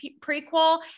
prequel